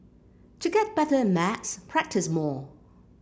to get better at maths practise more